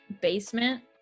basement